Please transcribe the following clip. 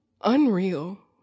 unreal